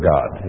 God